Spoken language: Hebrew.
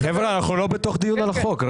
חבר'ה, אנחנו לא בתוך דיון על החוק.